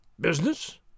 Business